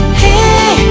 hey